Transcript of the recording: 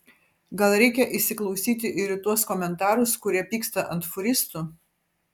gal reikia įsiklausyti ir į tuos komentarus kurie pyksta ant fūristų